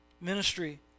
Ministry